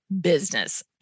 business